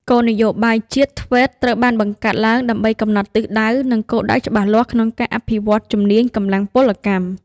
គោលនយោបាយជាតិ ធ្វេត TVET ត្រូវបានបង្កើតឡើងដើម្បីកំណត់ទិសដៅ និងគោលដៅច្បាស់លាស់ក្នុងការអភិវឌ្ឍជំនាញកម្លាំងពលកម្ម។